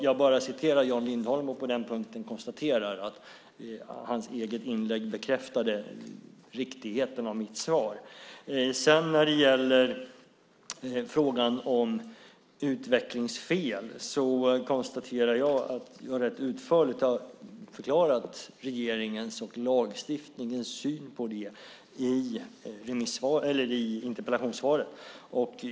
Jag konstaterar att Jan Lindholms eget inlägg bekräftar riktigheten av mitt svar. När det gäller frågan om utvecklingsfel konstaterar jag att jag utförligt har förklarat regeringens och lagstiftningens syn på detta i interpellationssvaret.